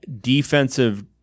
defensive